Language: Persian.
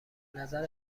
نظر